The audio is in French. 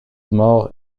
morts